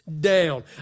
down